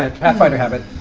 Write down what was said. and pathfinder habit.